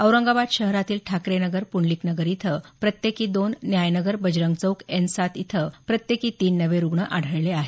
औरंगाबाद शहरातील ठाकरे नगर पुंडलिक नगर इथं प्रत्येकी दोन न्याय नगर बजरंग चौक एन सात इथं प्रत्येकी तीन नवे रुग्ण आढळले आहेत